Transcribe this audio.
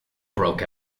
broke